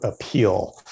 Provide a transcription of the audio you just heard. appeal